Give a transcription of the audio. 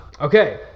Okay